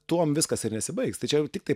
tuom viskas ir nesibaigs tai čia tiktai